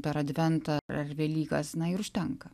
per adventą ar velykas na ir užtenka